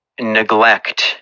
neglect